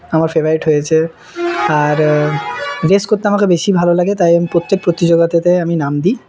আমার ফেভারিট হয়েছে আর রেস করতে আমাকে বেশি ভালো লাগে তাই আমি প্রত্যেক প্রতিযোগিতাতে আমি নাম দিই